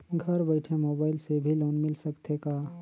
घर बइठे मोबाईल से भी लोन मिल सकथे का?